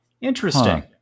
interesting